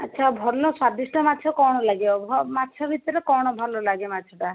ଆଛା ଭଲ ସ୍ଵାଦିଷ୍ଟ ମାଛ କଣ ଲାଗିବ ମାଛ ଭିତରେ କଣ ଭଲ ଲାଗେ ମାଛ ଟା